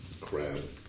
Crab